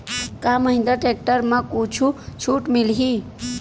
का महिंद्रा टेक्टर म कुछु छुट मिलही?